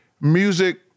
music